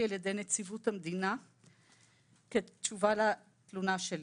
על ידי נציבות המדינה כתשובה לתלונה שלי.